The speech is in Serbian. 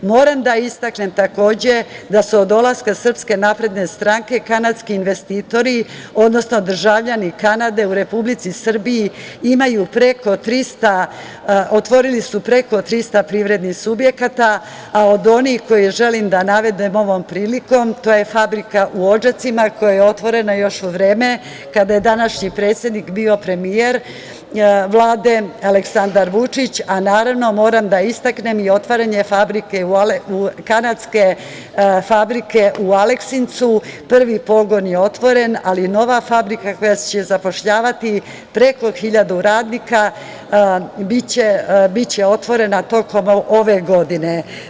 Moram da istaknem takođe da se od dolaska SNS kanadski investitori odnosno državljani Kanade u Republici Srbiji otvorili su preko 300 privrednih subjekata, a od onih koje želim da navedem ovom prilikom to je fabrika u Odžacima koja je otvorena još u vreme kada je današnji predsednik bio premijer Vlade Aleksandar Vučić, a naravno moram da istaknem i otvaranje fabrike kanadske u Aleksincu, prvi pogon je otvoren, ali nova fabrika koja će zapošljavati preko hiljadu radnika biće otvorena tokom ove godine.